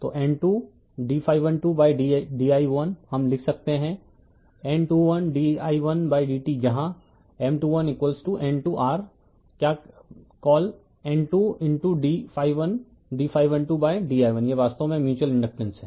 तो N 2 d2 di1 हम लिख रहे हैं N21 di1dt जहां M21N2r क्या कॉल N 2 dd2 di1यह वास्तव में म्यूच्यूअल इंडकटेन्स है